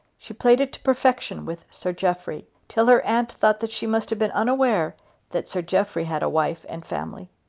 she played it to perfection with sir jeffrey till her aunt thought that she must have been unaware that sir jeffrey had a wife and family.